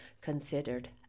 considered